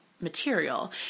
material